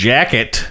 Jacket